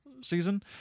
season